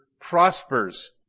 prospers